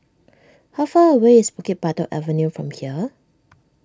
how far away is Bukit Batok Avenue from here